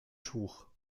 tuch